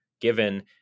given